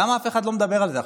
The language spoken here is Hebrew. למה אף אחד לא מדבר על זה עכשיו?